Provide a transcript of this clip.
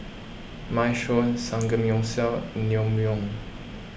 Minestrone Samgeyopsal Naengmyeon